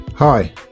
Hi